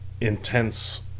intense